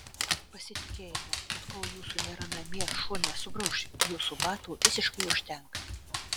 pasitikėjimo kad kol jūsų nėra namie šuo nesugrauš jūsų batų visiškai užtenka